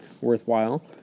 worthwhile